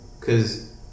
Cause